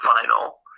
final